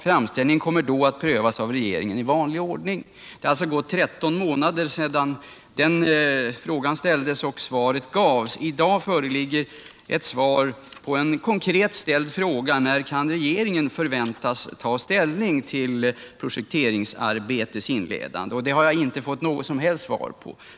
Framställningen kommer då att prövas av regeringen i vanlig ordning.” Det har alltså gått 13 månader sedan den frågan ställdes och svaret gavs. I dag föreligger ett svar på en konkret ställd fråga: När kan regeringen förväntas ta ställning till projekteringsarbetets inledande? Det har jag inte fått något som helst besked om.